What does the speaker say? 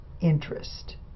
interest